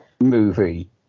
movie